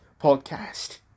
podcast